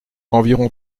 environ